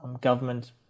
government